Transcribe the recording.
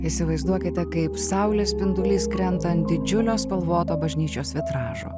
įsivaizduokite kaip saulės spindulys krenta ant didžiulio spalvoto bažnyčios vitražo